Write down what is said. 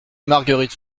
marguerite